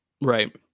Right